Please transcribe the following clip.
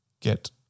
get